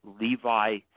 Levi